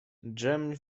dżem